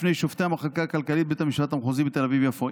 לפני שופטי המחלקה הכלכלית בבית המשפט המחוזי בתל אביב-יפו,